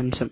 అంశం